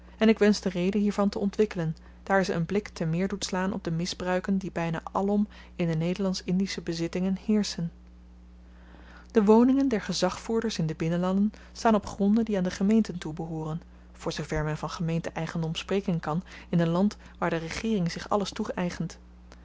en ik wensch de reden hiervan te ontwikkelen daar ze een blik te meer doet slaan op de misbruiken die byna alom in de nederlandsch-indische bezittingen heerschen de woningen der gezagvoerders in de binnenlanden staan op gronden die aan de gemeenten toebehooren voor zoover men van gemeente eigendom spreken kan in een land waar de regeering zich alles